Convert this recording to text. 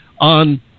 on